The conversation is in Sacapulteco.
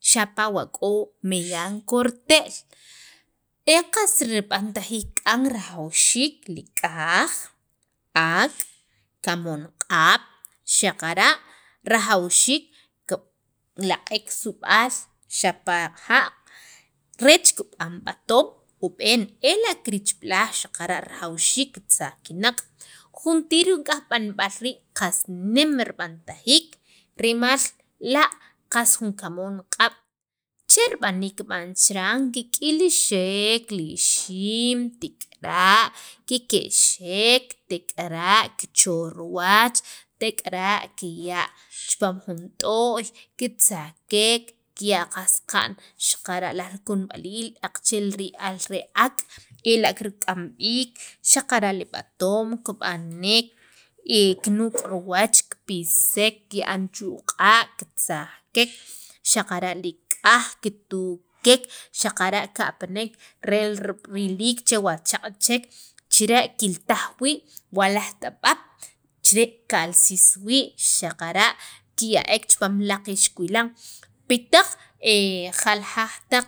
xapa' wa k'o meyal korte'l e qas raib'antajiik k'an rajawxiik li k'aj, ak', kamoon q'ab' xaqara' rajawxiik kib' laq'ek su'b'al xapa' ja'q rech kib'an b'atoom ub'een ela' kirichb'ilaj xaqara' rajwxiik kitzaq kinaq' juntir li b'anb'al rii' qas nem rib'antajiik rimal la' qas jun kamoon q'ab' che rib'aniik kib'an chiran kik'ilixek li ixiim, tik'era' kike'xek tek'ara' kecho' riwach, tek'ara' kiya' chipaam jun t'o'y kitzakek kiya' qaj saqa'n xaqara' laj rikunb'aliil aqache ri'al li ak' xaqara' li b'atoom kib'anek y kinuk' riwach kipisek kiya'an chu' q'a' kitzakek xaqara' li k'aj kitukek xaqara' kapanek che riliik wa chaq' chek chire' kiltaj wii' wa laj t'ab'ab' chire' kalsis wii' xaqara' kiya'ek chipaam jun laj ixkuwilan pi taq jaljaq jaay